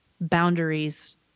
boundaries